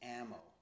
ammo